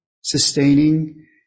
sustaining